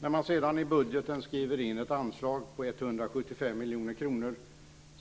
När man sedan i budgeten skriver in ett anslag på 175 miljoner kronor